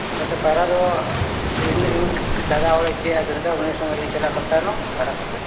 ᱚᱱᱠᱟᱛᱮ ᱯᱟᱭᱨᱟ ᱫᱚ ᱤᱧᱫᱚ ᱤᱧ ᱫᱟᱫᱟ ᱚᱲᱮᱡ ᱪᱮᱫ ᱟᱫᱚ ᱩᱱᱤ ᱥᱚᱸᱜᱮᱞᱤᱧ ᱪᱟᱞᱟᱜ ᱠᱟᱱ ᱛᱟᱦᱮᱱᱟ ᱜᱷᱟᱰᱟ ᱠᱚᱛᱮ